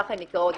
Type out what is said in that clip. כך הן נקראות,